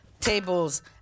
tables